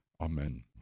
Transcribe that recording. Amen